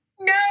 No